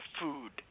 food